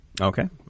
Okay